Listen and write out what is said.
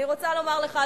אני רוצה לומר לך,